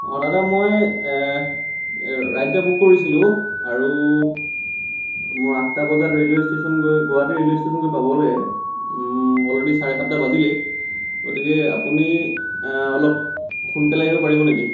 অঁ দাদা মই ৰাইড এটা বুক কৰিছিলোঁ আৰু মোৰ আঠটা বজাত ৰে'লৱে ষ্টেশ্যন গৈ গুৱাহাটী ৰে'লৱে ষ্টেশ্যন গৈ পাব লাগে অলৰেডি চাৰে সাতটা বাজিলেই গতিকে আপুনি অলপ সোনকালে আহিব পাৰিব নেকি